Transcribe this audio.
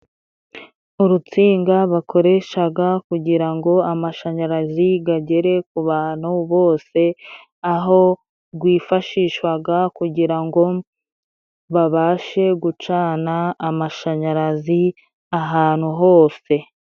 Urutsinga bakoreshaga kugira ngo amashanyarazi agere ku bantu bose, aho rwifashishwaga kugira ngo babashe gucana amashanyarazi ahantu hose.